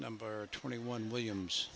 number twenty one williams